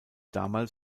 damals